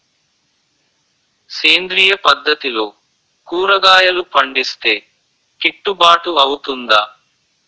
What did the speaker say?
సేంద్రీయ పద్దతిలో కూరగాయలు పండిస్తే కిట్టుబాటు అవుతుందా?